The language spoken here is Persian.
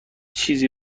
چیزی